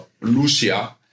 Lucia